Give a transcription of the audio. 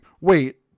wait